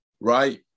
right